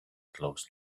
close